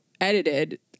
edited